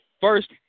first